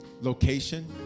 Location